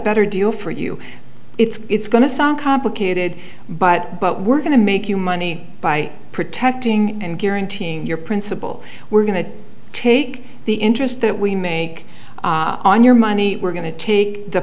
better deal for you it's going to sound complicated but but we're going to make you money by protecting and guaranteeing your principal we're going to take the interest that we make on your money we're going to take the